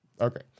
Okay